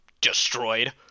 destroyed